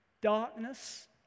Darkness